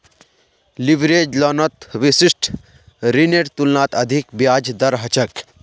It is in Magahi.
लीवरेज लोनत विशिष्ट ऋनेर तुलनात अधिक ब्याज दर ह छेक